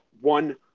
one